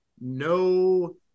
no